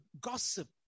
gossip